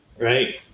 right